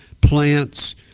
plants